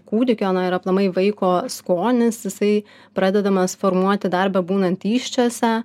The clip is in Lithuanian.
kūdikio na ir aplamai vaiko skonis jisai pradedamas formuoti dar bebūnant įsčiose